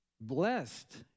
Blessed